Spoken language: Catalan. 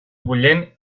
bullent